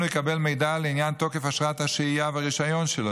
הוא יקבל מידע לעניין תוקף אשרת השהייה והרישיון שלו,